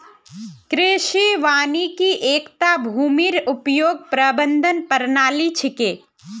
कृषि वानिकी एकता भूमिर उपयोग प्रबंधन प्रणाली छिके